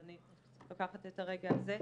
אז אני לוקחת את הרגע הזה.